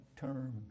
term